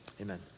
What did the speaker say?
amen